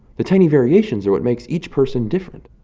the tiny variations are what makes each person different.